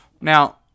Now